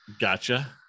Gotcha